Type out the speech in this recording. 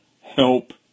help